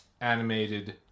animated